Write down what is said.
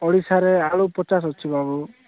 ଓଡ଼ିଶାରେ ଆଳୁ ପଚାଶ ଅଛି ବାବୁ